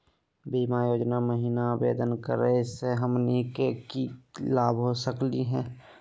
बीमा योजना महिना आवेदन करै स हमनी के की की लाभ हो सकनी हे?